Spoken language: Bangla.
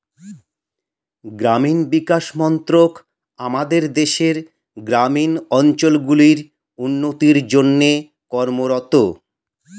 গ্রামীণ বিকাশ মন্ত্রক আমাদের দেশের গ্রামীণ অঞ্চলগুলির উন্নতির জন্যে কর্মরত